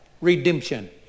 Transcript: redemption